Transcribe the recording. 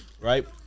Right